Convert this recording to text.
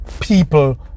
people